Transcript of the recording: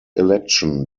election